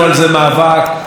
באמת אני אומר,